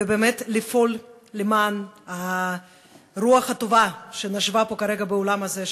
ובאמת לפעול למען הרוח הטובה שנשבה פה כרגע באולם הזה,